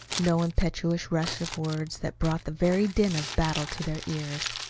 no impetuous rush of words that brought the very din of battle to their ears.